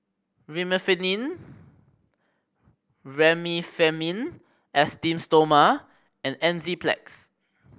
Remifemin Esteem Stoma and Enzyplex